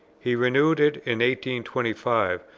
he renewed it in twenty five,